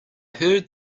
heard